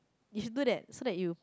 it's do that so that you